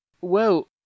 Well